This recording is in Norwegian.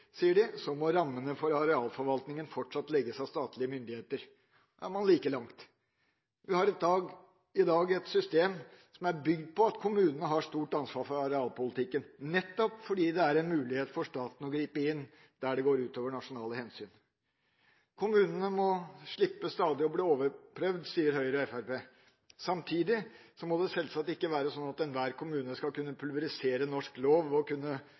sier også: «Samtidig må rammene for arealforvaltningen fortsatt legges av statlige myndigheter.» Da er man like langt. Vi har i dag et system som er bygd på at kommunene har et stort ansvar for arealpolitikken, nettopp fordi det er en mulighet for staten å gripe inn der det går ut over nasjonale hensyn. Kommunene må slippe stadig å bli overprøvd, sier Høyre og Fremskrittspartiet. Og de sier videre: «Samtidig må det selvsagt ikke være slik at enhver kommune skal kunne pulverisere norsk lov ved å kunne